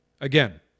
Again